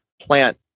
plant